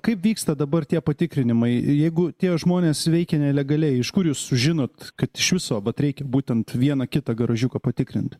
kaip vyksta dabar tie patikrinimai jeigu tie žmonės veikė nelegaliai iš kur jūs sužinot kad iš viso vat reikia būtent vieną kitą garažiuką patikrint